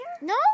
No